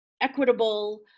equitable